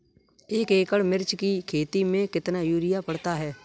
एक एकड़ मिर्च की खेती में कितना यूरिया पड़ता है?